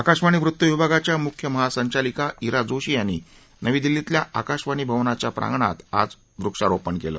आकाशवाणी वृत्ताविभागाच्या मुख्य महासंचालिका ईरा जोशी यांनी नवी दिल्लीतल्या आकाशवाणी भवनाच्या प्रांगणात आज वृक्षरोपण केलं